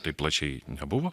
taip plačiai nebuvo